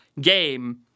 game